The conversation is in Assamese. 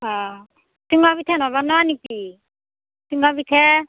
অ চুঙা পিঠা নবনোৱা নেকি চুঙা পিঠা